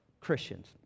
Christians